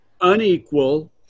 unequal